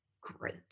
great